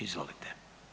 Izvolite.